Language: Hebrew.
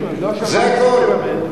זה הכול.